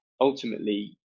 ultimately